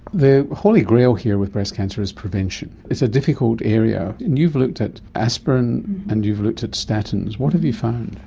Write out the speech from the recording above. the holy grail here with breast cancer is prevention. it's a difficult area. and you've looked at aspirin and you've looked at statins. what have you found?